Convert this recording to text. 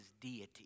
deity